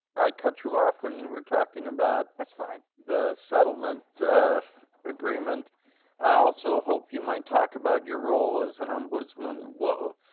i cut you off when you were talking about that's fine. the settlement agreement. i also hope you might talk about your role as an ombudsman. well,